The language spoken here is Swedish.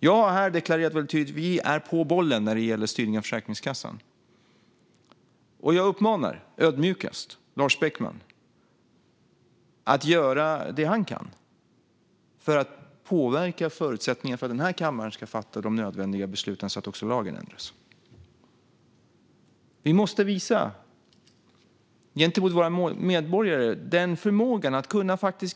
Jag har här deklarerat väldigt tydligt att vi är på bollen när det gäller styrning av Försäkringskassan. Jag uppmanar ödmjukast Lars Beckman att göra det han kan för att påverka förutsättningarna för att den här kammaren ska fatta de nödvändiga besluten så att också lagen ändras. Vi måste gentemot våra medborgare visa förmågan att